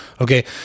okay